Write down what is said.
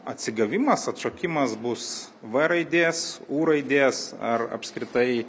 atsigavimas atšokimas bus v raidės u raidės ar apskritai